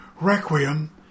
requiem